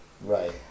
Right